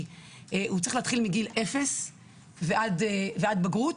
הוא צריך להתחיל מגיל אפס ועד בגרות,